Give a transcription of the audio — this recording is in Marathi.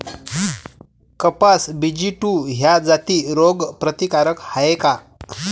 कपास बी.जी टू ह्या जाती रोग प्रतिकारक हाये का?